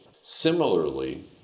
Similarly